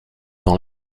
dans